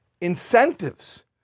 incentives